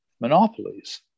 monopolies